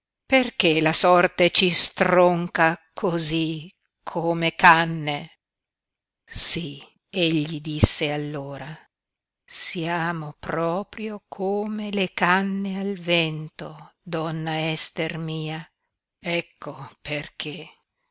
perché la sorte ci stronca cosí come canne sí egli disse allora siamo proprio come le canne al vento donna ester mia ecco perché